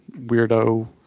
weirdo